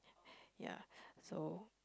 ya so